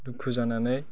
दुखु जानानै